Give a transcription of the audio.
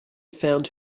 found